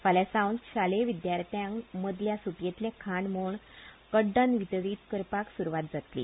फाल्यां सावन शालेय विद्यार्थ्यांक मदल्या सुटयेंतलें खाण म्हण कड्डण वितरीत करपाक सुरवात जातली